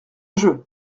jeu